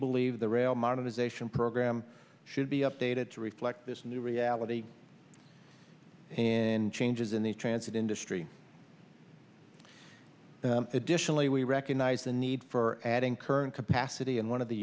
believe the rail modernization program should be updated to reflect this new reality and changes in the transit industry additionally we recognize the need for adding current capacity and one of the